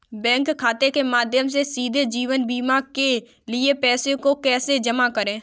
Bank खाते के माध्यम से सीधे जीवन बीमा के लिए पैसे को कैसे जमा करें?